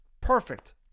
Perfect